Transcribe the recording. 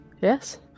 Yes